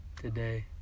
Today